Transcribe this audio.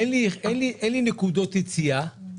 אין לי נקודות יציאה,